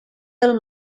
del